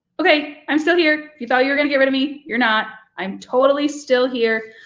okay, i'm still here. if you thought you're gonna get rid of me, you're not. i'm totally still here.